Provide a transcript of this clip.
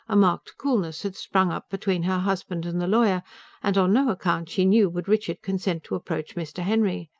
a marked coolness had sprung up between her husband and the lawyer and on no account, she knew, would richard consent to approach mr. henry.